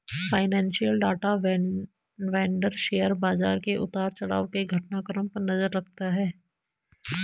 financial data vendor share बाजार के उतार चढ़ाव के घटनाक्रम पर नजर रखता है